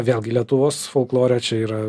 vėlgi lietuvos folklore čia yra